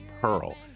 Pearl